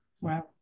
Wow